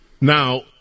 Now